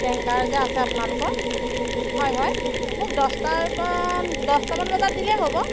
tanker যে আছে আপোনালোকৰ হয় হয় মোক দহটাৰপৰা দহটামান বজাত দিলেই হ'ব